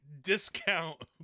discount